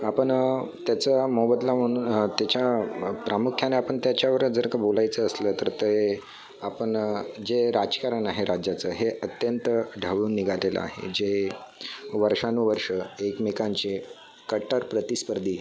आपण त्याचा मोबदला म्हणून त्याच्या प्रामुख्याने आपण त्याच्यावर जर का बोलायचं असलं तर ते आपण जे राजकारण आहे राज्याचं हे अत्यंत ढवळून निघालेलं आहे जे वर्षानुवर्ष एकमेकांचे कट्टर प्रतिस्पर्धी